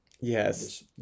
Yes